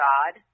God